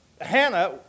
Hannah